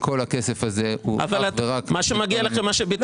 כי מה,